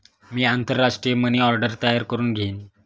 मी आंतरराष्ट्रीय money order तयार करुन घेईन